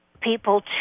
people